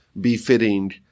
befitting